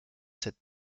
cette